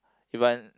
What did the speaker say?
even